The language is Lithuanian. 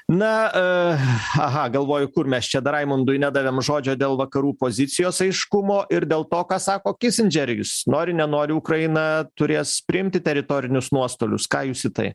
na e aha galvoju kur mes čia raimundui nedavėm žodžio dėl vakarų pozicijos aiškumo ir dėl to ką sako kisindžeris nori nenori ukraina turės priimti teritorinius nuostolius ką jūs į tai